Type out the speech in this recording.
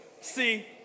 See